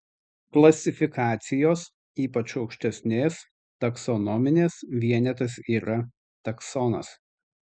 klasifikacijos ypač aukštesnės taksonominės vienetas yra taksonas